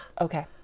Okay